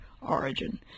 origin